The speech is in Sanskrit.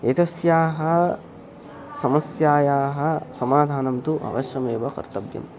एतस्याः समस्यायाः समाधानं तु अवश्यमेव कर्तव्यम्